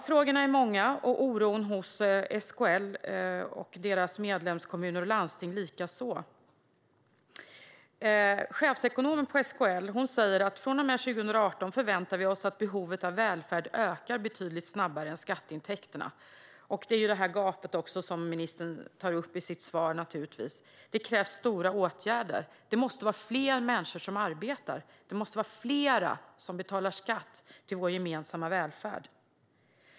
Frågorna är många, och oron hos SKL och deras medlemskommuner och landsting är stor. Chefsekonomen på SKL säger att man från och med 2018 förväntar sig att behovet av välfärd ökar betydligt snabbare än skatteintäkterna. Det var detta gap som ministern tog upp i sitt svar. Det krävs omfattande åtgärder. Det måste vara fler människor som arbetar. Det måste vara fler som betalar skatt till vår gemensamma välfärd.